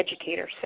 Educators